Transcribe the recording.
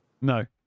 no